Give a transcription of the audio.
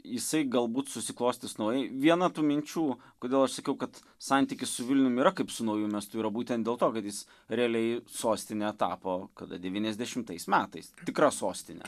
jisai galbūt susiklostys naujai viena tų minčių kodėl aš sakiau kad santykis su vilnium yra kaip su nauju miestu yra būtent dėl to kad jis realiai sostine tapo kada devyniasdešimtais metais tikra sostine